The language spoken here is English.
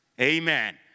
Amen